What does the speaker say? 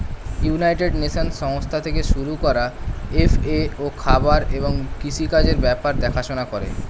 United Nations সংস্থা থেকে শুরু করা এফ.এ.ও খাবার এবং কৃষি কাজের ব্যাপার দেখাশোনা করে